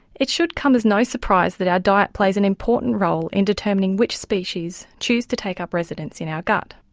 it should come as no surprise that our diet plays an important role in determining which species choose to take up residence in our gut.